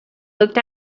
looked